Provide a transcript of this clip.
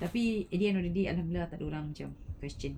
tapi at the end of the day ada mula ada orang macam question